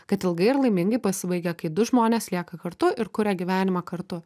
kad ilgai ir laimingai pasibaigia kai du žmonės lieka kartu ir kuria gyvenimą kartu